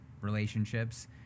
relationships